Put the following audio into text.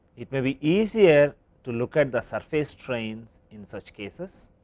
it may be easier to look at the surface strain in such cases,